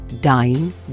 dying